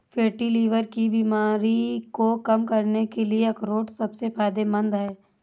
fatty liver की बीमारी को कम करने के लिए अखरोट सबसे फायदेमंद है